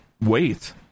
wait